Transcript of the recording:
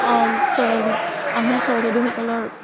চ Ahom স্বৰ্গদেউসকলৰ